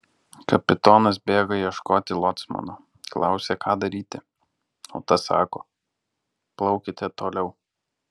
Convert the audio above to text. kapitonas bėga ieškoti locmano klausia ką daryti o tas sako plaukite toliau